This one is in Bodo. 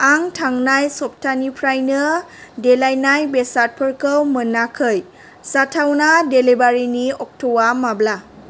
आं थांनाय सप्तानिफ्रायनो देलायनाय बेसादफोरखौ मोनाखै जाथावना डेलिबारिनि अक्ट'आ माब्ला